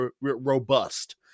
robust